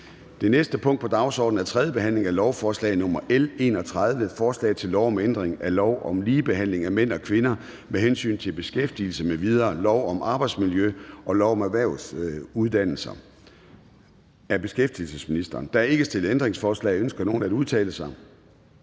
Det næste punkt på dagsordenen er: 14) 3. behandling af lovforslag nr. L 31: Forslag til lov om ændring af lov om ligebehandling af mænd og kvinder med hensyn til beskæftigelse m.v., lov om arbejdsmiljø og lov om erhvervsuddannelser. (Udmøntning af »Trepartsaftale om